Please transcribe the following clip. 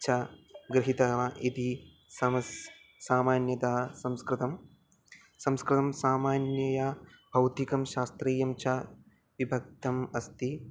च गृहीत्वा इति समः सामान्यतः संस्कृतं संस्कृतं सामान्यतया भौतिकं शास्त्रीयं च विभक्तम् अस्ति